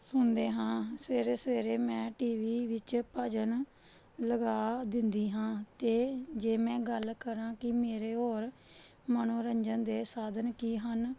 ਸੁਣਦੇ ਹਾਂ ਸਵੇਰੇ ਸਵੇਰੇ ਮੈਂ ਟੀ ਵੀ ਵਿੱਚ ਭਜਨ ਲਗਾ ਦਿੰਦੀ ਹਾਂ ਅਤੇ ਜੇ ਮੈਂ ਗੱਲ ਕਰਾਂ ਕਿ ਮੇਰੇ ਹੋਰ ਮਨੋਰੰਜਨ ਦੇ ਸਾਧਨ ਕੀ ਹਨ